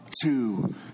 two